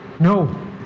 No